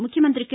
ముఖ్యమంత్రి కె